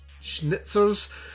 Schnitzer's